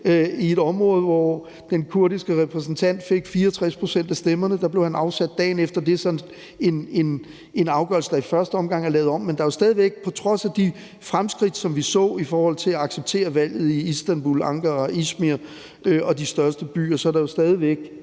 i et område, hvor den kurdiske repræsentant fik 64 pct. af stemmerne, men han blev afsat dagen efter. Det er en afgørelse, der i første omgang er blevet lavet om, men der er stadig væk på trods af de fremskridt, som vi så i forhold til at acceptere valget i Istanbul, Ankara, Izmir og de andre store byer, kæmpestore